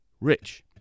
rich